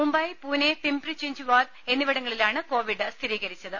മുംബൈ പൂനെ പിംപ്രിചിഞ്ച് വാദ് എന്നിവിടങ്ങളിലാണ് കോവിഡ് സ്ഥിരീകരിച്ചത്